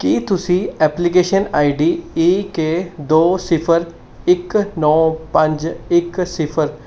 ਕੀ ਤੁਸੀਂ application I D E K ਦੋ ਸਿਫਰ ਇੱਕ ਨੌ ਪੰਜ ਇੱਕ ਸਿਫਰ